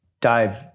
dive